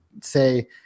say